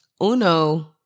Uno